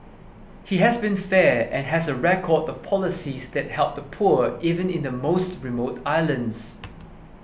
he has been fair and has a record of policies that help the poor even in the most remote islands